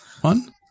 One